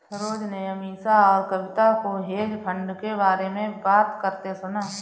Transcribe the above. सरोज ने अमीषा और कविता को हेज फंड के बारे में बात करते सुना